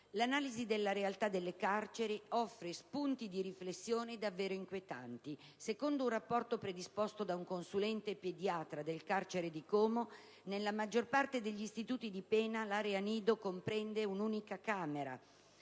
L'analisi della realtà delle carceri offre spunti di riflessione davvero inquietanti. Secondo un rapporto predisposto da un consulente e pediatra del carcere di Como, nella maggior parte degli istituti di pena l'area nido comprende un'unica camerata